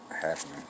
happening